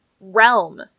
realm